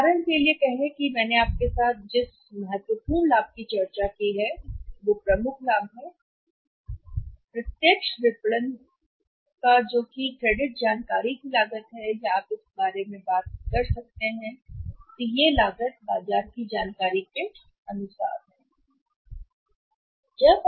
उदाहरण के लिए कहें कि मैंने आपके साथ जिस महत्वपूर्ण लाभ की चर्चा की है वह प्रमुख लाभ है प्रत्यक्ष विपणन यह है कि क्रेडिट जानकारी की लागत है या आप इस बारे में बात कर सकते हैं बाजार की जानकारी के अनुसार यह लागत है